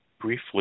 briefly